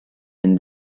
been